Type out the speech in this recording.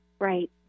Right